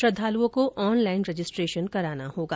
श्रद्वालूओं को online registration कराना होगा